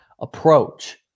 approach